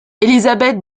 élisabeth